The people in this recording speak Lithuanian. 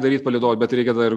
daryt palydovą bet reikia tada ir